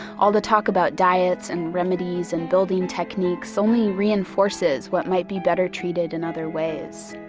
all the talk about diets and remedies and building techniques, only reinforces what might be better treated in other ways.